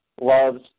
loves